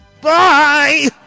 Bye